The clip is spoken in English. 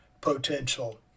potential